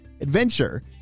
adventure